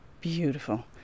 beautiful